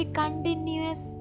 continuous